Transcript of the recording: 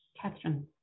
Catherine